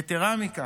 יתרה מזאת,